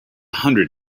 hundred